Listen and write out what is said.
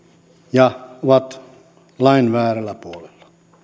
ja he ovat lain väärällä puolella